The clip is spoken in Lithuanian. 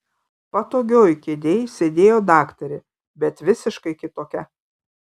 patogioj kėdėj sėdėjo daktarė bet visiškai kitokia